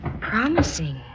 promising